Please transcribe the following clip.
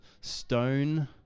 stone